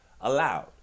allowed